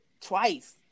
twice